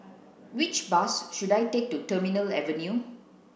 which bus should I take to Terminal Avenue